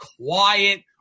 quiet